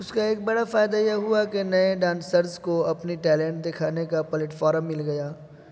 اس کا ایک بڑا فائدہ یہ ہوا کہ نئے ڈانسرس کو اپنی ٹیلنٹ دکھانے کا پلیٹفارم مل گیا